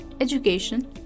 education